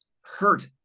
hurt